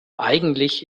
eigentlich